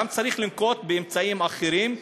גם צריך לנקוט אמצעים אחרים,